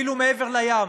אפילו מעבר לים,